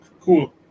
Cool